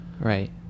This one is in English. right